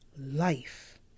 life